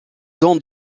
dont